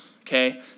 okay